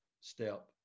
step